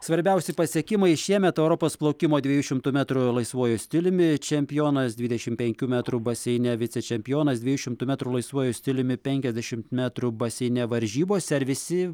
svarbiausi pasiekimai šiemet europos plaukimo dviejų šimtų metrų laisvuoju stiliumi čempionas dvidešim penkių metrų baseine vicečempionas dviejų šimtų metrų laisvuoju stiliumi penkiasdešimt metrų baseine varžybose ar visi